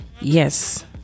yes